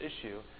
issue